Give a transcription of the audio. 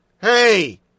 Hey